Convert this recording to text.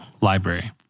library